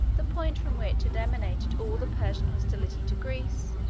the point from which had emanated all the persian hostility to greece,